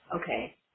okay